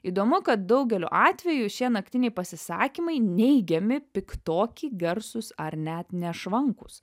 įdomu kad daugeliu atvejų šie naktiniai pasisakymai neigiami piktoki garsūs ar net nešvankūs